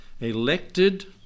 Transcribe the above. Elected